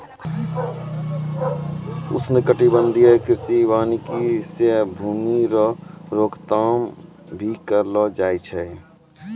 उष्णकटिबंधीय कृषि वानिकी से भूमी रो रोक थाम भी करलो जाय छै